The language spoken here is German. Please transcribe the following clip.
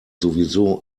sowieso